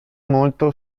molto